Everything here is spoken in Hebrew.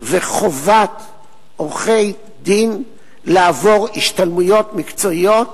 וחובת עורכי-הדין לעבור השתלמויות מקצועיות,